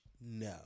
No